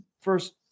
first